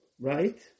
right